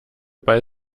bei